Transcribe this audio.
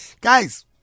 Guys